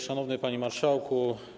Szanowny Panie Marszałku!